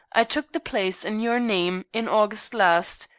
i took the place in your name in august last.